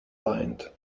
lined